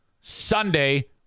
Sunday